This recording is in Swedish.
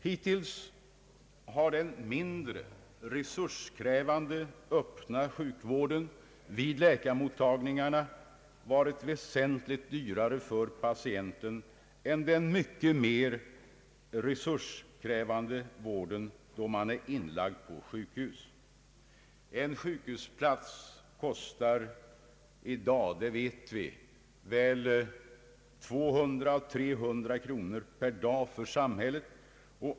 Hittills har den mindre resurskrävande öppna sjukvården vid läkarmottagningarna varit väsentligt dyrare för patienten än den mycket mer resurskrävande vården då man är inlagd på sjukhus. En sjukhusplats kostar samhället i dag — det vet vi — 200 å 300 kronor per dag.